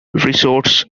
resorts